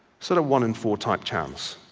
sort of one in four type chance.